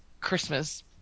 Christmas